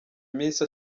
iminsi